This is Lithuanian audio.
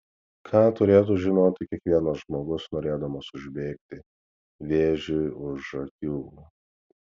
ką turėtų žinoti kiekvienas žmogus norėdamas užbėgti vėžiui už akių